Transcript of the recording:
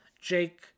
Jake